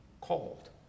called